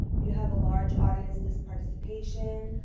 you have a large audience. this participation,